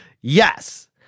Yes